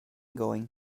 going